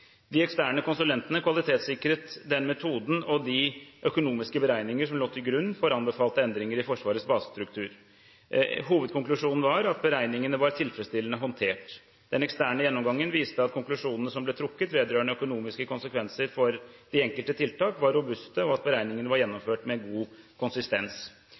De eksterne konsulentene kvalitetssikret den metoden og de økonomiske beregninger som lå til grunn for anbefalte endringer i Forsvarets basestruktur. Hovedkonklusjonen var at beregningene var tilfredsstillende håndtert. Den eksterne gjennomgangen viste at konklusjonene som ble trukket vedrørende økonomiske konsekvenser for de enkelte tiltak, var robuste, og at beregningene var gjennomført med god konsistens.